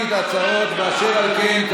אשר על כן,